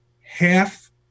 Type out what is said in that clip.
half